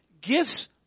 gifts